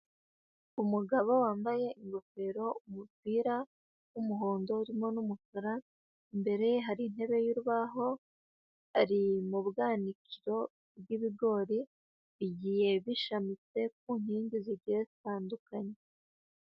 Umugabo wambaye ingofero, umupira w'umuhondo urimo n'umukara , imbere ye hari intebe y'urubaho, ari mu bwanikiro bw'ibigori, bigiye bishamitse ku nkingi zigiye zitandukanye.